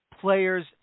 players